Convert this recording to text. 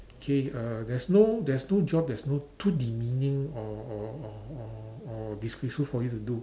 okay uh there's no there's no job there's no too demeaning or or or or or disgraceful for you to do